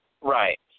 Right